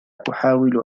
أحاول